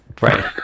Right